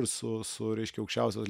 ir su su reiškia aukščiausios